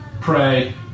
pray